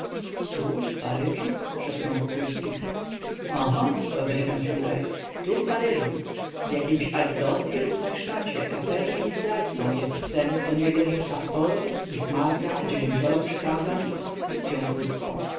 tu w paryżu szepnął wokulski oho roześmiał się geist tu w paryżu w jakimś altdorfie lub neustadzie kacerzem i zdrajcą jest ten kto nie wierzy w pastorów bismarka w dziesięcioro przykazań i konstytucyą pruską